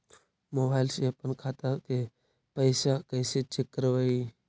Mobile से अपन खाता के पैसा कैसे चेक करबई?